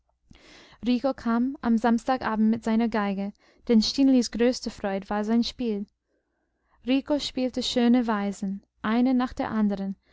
rico kam am samstagabend mit seiner geige denn stinelis größte freude war sein spiel rico spielte schöne weisen eine nach der anderen